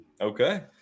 Okay